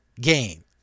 game